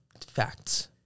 facts